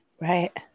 Right